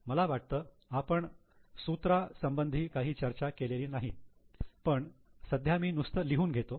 मला वाटतं आपण सूत्र संबंधी काही चर्चा केलेली नाही पण सध्या मी नुसतं लिहून घेतो